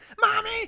mommy